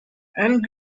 and